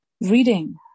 Reading